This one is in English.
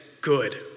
good